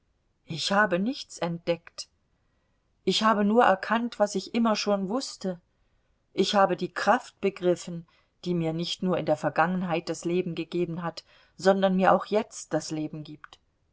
ich habe nichts entdeckt ich habe nur erkannt was ich immer schon wußte ich habe die kraft begriffen die mir nicht nur in der vergangenheit das leben gegeben hat sondern mir auch jetzt das leben gibt